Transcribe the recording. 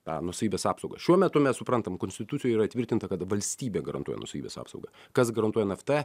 tą nuosavybės apsaugą šiuo metu mes suprantam konstitucijoj yra įtvirtinta kad valstybė garantuoja nuosavybės apsaugą kas garantuoja nft